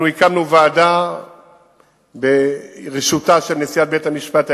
הקמנו ועדה ברשותה של נשיאת בית-המשפט העליון,